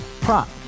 prop